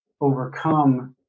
overcome